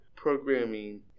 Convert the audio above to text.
Programming